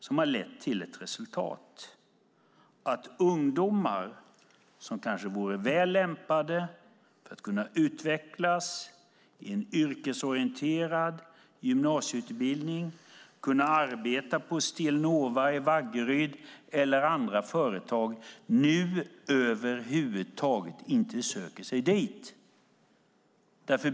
Den har lett till resultatet att ungdomar som kanske vore väl lämpade att utvecklas i en yrkesorienterad gymnasieutbildning och arbeta på Steelnova i Vaggeryd, eller andra företag, nu över huvud taget inte söker sig dit.